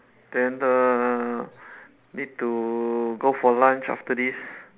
then err need to go for lunch after this